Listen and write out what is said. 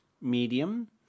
Medium